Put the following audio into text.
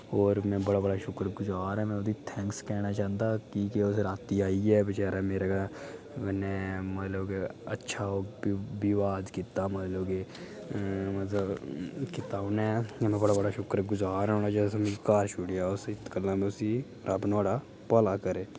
होर में बड़ा बड़ा शुक्रर गुजार आं में ओह्दी थैंक्स लैना चांह्दा जेह्ड़ा रातीं आइयै बचैरा मेरे कन्नै मतलब के अच्छा कीता मततब के ऐं मतलब जेह्ड़ा उ'न्नै बड़ा बड़ा शुक्रर गजार आं घर छोड़ेआ उस रब्ब नुहाड़ा भला करै